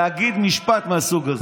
להגיד משפט מהסוג הזה.